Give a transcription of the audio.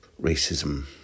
racism